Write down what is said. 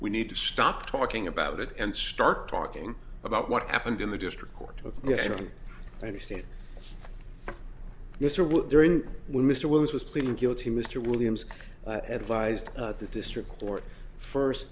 we need to stop talking about it and start talking about what happened in the district court yesterday understand mr wood during when mr wells was pleading guilty mr williams but advised at the district court first